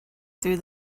through